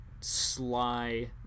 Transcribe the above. Sly